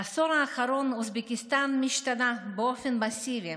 בעשור האחרון אוזבקיסטן משתנה באופן מסיבי.